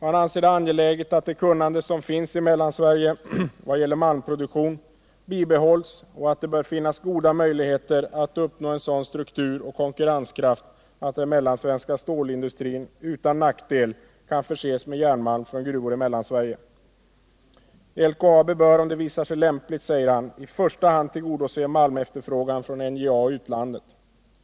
Han anser det angeläget att det kunnande som finns i Mellansverige vad gäller malmproduktion bibehålls och att det bör finnas goda möjligheter att uppnå en sådan struktur och konkurrenskraft att den mellansvenska stålindustrin utan nackdel kan förses med järnmalm från gruvor i Mellansverige. LKAB bör om det visar sig lämpligt, säger han, i första hand tillgodose malmefterfrågan från NJA och utlandet.